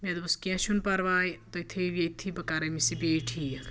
مےٚ دوٚپُس کینٛہہ چھُنہٕ پَرواے تُہۍ تھٲیِو ییٚتھی بہٕ کَرٕ أمِس یہِ بیٚیہِ ٹھیٖک